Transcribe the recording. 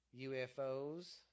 UFOs